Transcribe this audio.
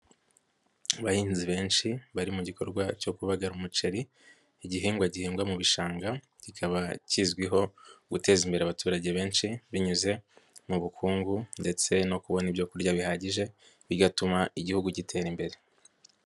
Abahinzi benshi, bari mu gikorwa cyo kubagara umuceri, igihingwa gihingwa mu bishanga, kikaba kizwiho guteza imbere abaturage benshi, binyuze mu bukungu ndetse no kubona ibyo kurya bihagije, bigatuma igihugu gitera imbere.